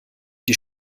die